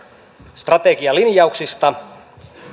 strategialinjauksista